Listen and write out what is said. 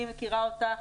אני מכירה אותך,